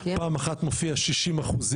פעם אחת מופיע 60%,